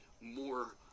more